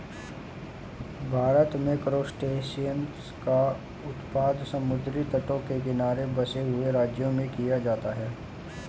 भारत में क्रासटेशियंस का उत्पादन समुद्री तटों के किनारे बसे हुए राज्यों में किया जाता है